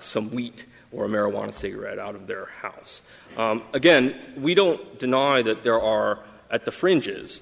some wheat or a marijuana cigarette out of their house again we don't deny that there are at the fringes